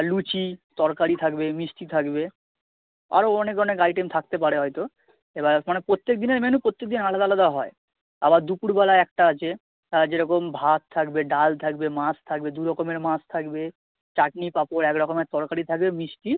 লুচি তরকারি থাকবে মিষ্টি থাকবে আরও অনেক অনেক আইটেম থাকতে পারে হয়তো এবার মানে প্রত্যেক দিনের মেনু প্রত্যেক দিন আলাদা আলাদা হয় আবার দুপুরবেলা একটা আছে যেরকম ভাত থাকবে ডাল থাকবে মাছ থাকবে দু রকমের মাছ থাকবে চাটনি পাঁপড় এক রকমের তরকারি থাকবে মিষ্টি